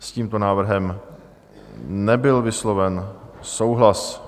S tímto návrhem nebyl vysloven souhlas.